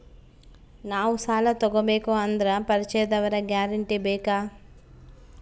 ನಾವು ಸಾಲ ತೋಗಬೇಕು ಅಂದರೆ ಪರಿಚಯದವರ ಗ್ಯಾರಂಟಿ ಬೇಕಾ?